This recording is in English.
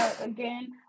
Again